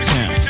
Town